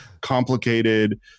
complicated